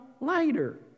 later